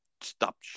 stop